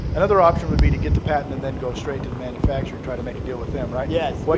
another option would be to get the patent and then go straight to the manufacturer and try to make a deal with them, right? yes.